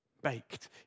baked